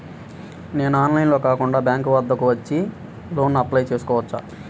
నేను ఆన్లైన్లో కాకుండా బ్యాంక్ వద్దకు వచ్చి లోన్ కు అప్లై చేసుకోవచ్చా?